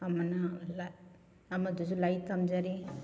ꯑꯃꯅ ꯑꯃꯗꯨꯁꯨ ꯂꯥꯏꯔꯤꯛ ꯇꯝꯖꯔꯤ